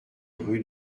rue